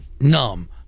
numb